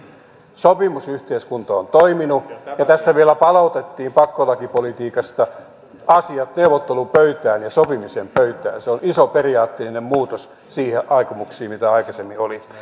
sopimusyhteiskunta on toiminut ja tässä vielä palautettiin pakkolakipolitiikasta asiat neuvottelupöytään ja sopimisen pöytään se on iso periaatteellinen muutos niihin aikomuksiin mitä aikaisemmin oli